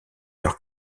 leurs